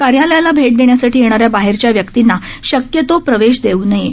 कार्यालयाला भेट देण्यासाठी येणाऱ्या बाहेरच्या व्यक्तींना शक्यतो प्रवेश देऊ नये